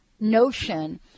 notion